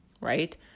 right